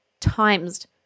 times